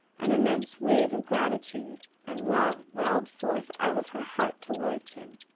an immense wave of gratitude and love welled forth out of her heart towards him.